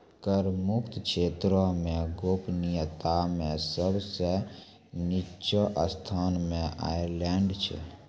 कर मुक्त क्षेत्र मे गोपनीयता मे सब सं निच्चो स्थान मे आयरलैंड छै